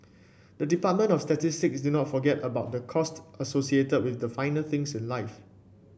the Department of Statistics did not forget about the cost associated with the finer things in life